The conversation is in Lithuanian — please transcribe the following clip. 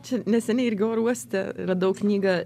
čia neseniai irgi oro uoste radau knygą